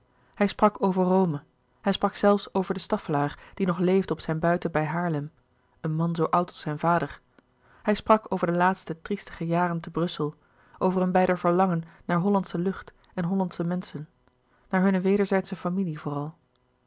hij sprak over rome hij sprak zelfs over de staffelaer die nog leefde op zijn buiten bij haarlem een man zoo oud als zijn vader hij sprak over de laatste triestige jaren te brussel over hun beider verlangen naar hollandsche lucht en hollandsche menschen naar hunne wederzijdsche familie vooral